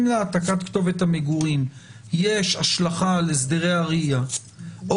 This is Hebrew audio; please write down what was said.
אם להעתקת כתובת המגורים יש השלכה על הסדרי הראייה או